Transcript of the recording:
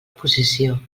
posició